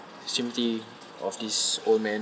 sympathy of this old man